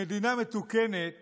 במדינה מתוקנת